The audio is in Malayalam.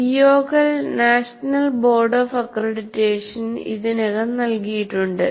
പിഒകൾ നാഷണൽ ബോർഡ് ഓഫ് അക്രഡിറ്റേഷൻ ഇതിനകം നൽകിയിട്ടുണ്ട്